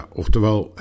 oftewel